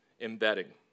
embedding